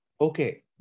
Okay